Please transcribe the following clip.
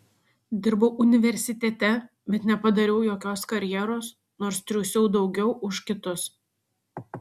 dirbau universitete bet nepadariau jokios karjeros nors triūsiau daugiau už kitus